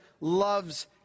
loves